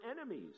enemies